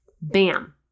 bam